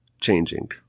changing